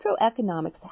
microeconomics